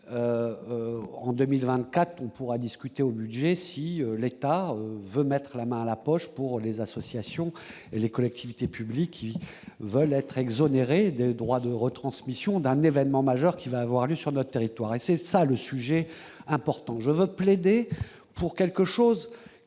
en 2024, on pourra discuter au budget si l'État veut mettre la main à la poche pour les associations et les collectivités publiques qui veulent être exonérés des droits de retransmission d'un événement majeur qui va avoir lieu sur notre territoire, et c'est ça le sujet important, je veux plaider pour quelque chose